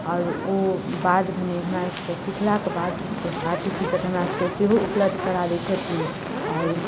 आर ओ बाद भेने हमरा सभके सीखलाक बाद सर्टिफिकेट हमरा सभके सेहो उपलब्ध करा दै छथीन आओर